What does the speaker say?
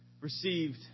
received